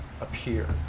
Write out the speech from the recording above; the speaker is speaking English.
appear